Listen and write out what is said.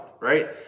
right